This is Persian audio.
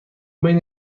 بین